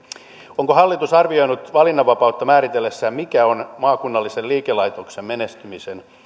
onko hallitus arvioinut valinnanvapautta määritellessään mitkä ovat maakunnallisen liikelaitoksen menestymisen